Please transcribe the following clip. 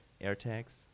AirTags